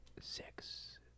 Six